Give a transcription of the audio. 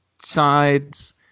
sides